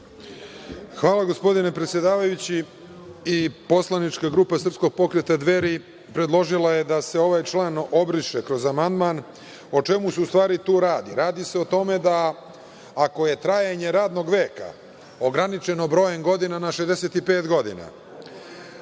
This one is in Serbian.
Hvala, gospodine predsedavajući. Poslanička grupa Srpskog pokreta „Dveri“ predložila je da se ovaj član obriše kroz amandman. O čemu se u stvari tu radi? Radi se o tome da, ako je trajanje radnog veka ograničeno brojem godina na 65 godina,